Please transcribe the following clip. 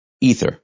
Ether